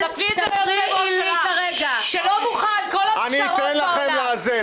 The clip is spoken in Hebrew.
תפני את זה ליושב-ראש שלך שלא מוכן לכל הפשרות שבעולם.